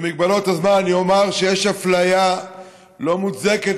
במגבלות הזמן אני אומר שיש אפליה לא מוצדקת,